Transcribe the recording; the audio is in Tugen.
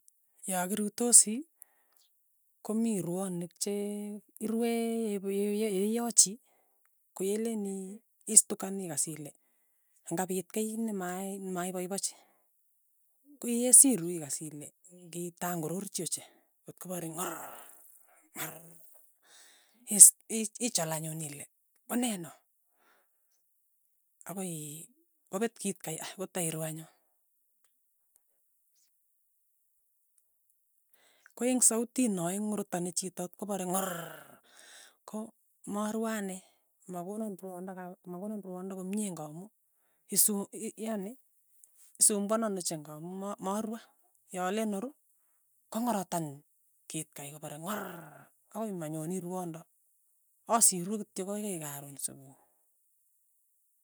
Ya kiruitosi, ko mii rwonik che iruee yep- yee yeiyochi koyeleen ii istukan ikas ile ng'apit kei nimae nimaipapachi, koyesiru ikas ile ng'itangurur chii ochei, kotkopare ng'orrrr ng'orrrr. is ich ichol anyun ile koneno, akoiii kopet kitkei aa. kotairu anyun, ko ing' sautit noe ng'orotani chito kopare ng'orrr, ko marue ane, makonan rwondo kap makonan rwondo komie ng'amu isu yani isumbuanan ochei ng'amu ma marue, yalen aru, kong'orotan kitkei kopare ngo'rrr, akoi manyoni rwondo, asiru kityo akoi karon supuhi.